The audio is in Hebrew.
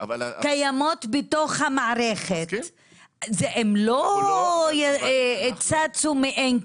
קיימות בתוך המערכת - הן לא צצו מאין כלום.